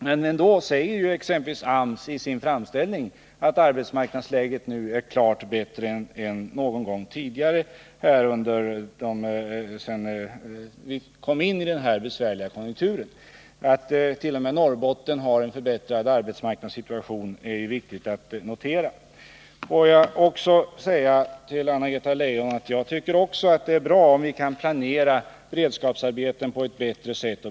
Men ändå säger exempelvis AMS i sin framställning att arbetsmarknadsläget nu är klart bättre än någon gång tidigare sedan vi kom 21 in i den besvärliga konjunkturen. Att t.o.m. Norrbotten har en förbättrad arbetsmarknadssituation är viktigt att notera. Till Anna-Greta Leijon vill jag säga att jag tycker också att det är bra om vi kan planera beredskapsarbeten på ett bättre sätt.